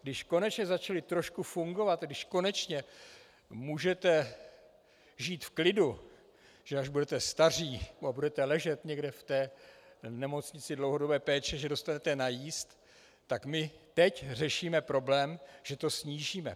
Když konečně začaly trošku fungovat, když konečně můžete žít v klidu, že až budete staří a budete ležet někde v té nemocnici dlouhodobé péče, dostanete najíst, tak my teď řešíme problém, že to snížíme.